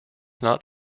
not